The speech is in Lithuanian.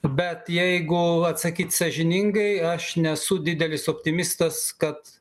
bet jeigu atsakyt sąžiningai aš nesu didelis optimistas kad